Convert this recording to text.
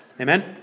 Amen